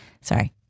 Sorry